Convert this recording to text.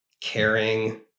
caring